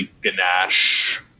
ganache